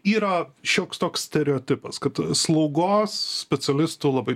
yra šioks toks stereotipas kad slaugos specialistų labai